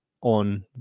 on